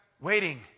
waiting